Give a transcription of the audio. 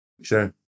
Sure